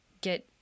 get